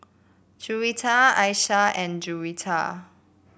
Juwita Aishah and Juwita